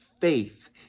faith